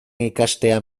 ikastea